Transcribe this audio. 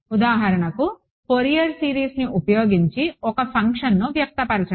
ఉదాహరణకు ఫోరియర్ సిరీస్ని ఉపయోగించి ఒక ఫంక్షన్ను వ్యక్తపరచడం